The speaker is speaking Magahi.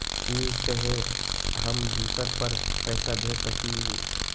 इ सेऐ हम दुसर पर पैसा भेज सकील?